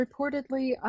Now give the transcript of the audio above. reportedly